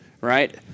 right